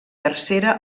tercera